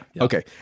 Okay